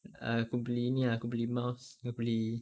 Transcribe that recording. a~ aku beli ini aku beli mouse aku beli